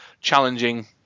challenging